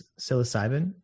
psilocybin